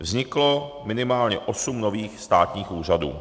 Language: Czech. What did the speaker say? Vzniklo minimálně osm nových státních úřadů.